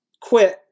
quit